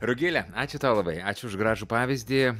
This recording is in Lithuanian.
rugile ačiū tau labai ačiū už gražų pavyzdį